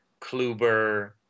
Kluber